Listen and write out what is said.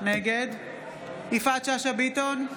נגד יפעת שאשא ביטון,